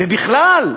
ובכלל,